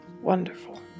Wonderful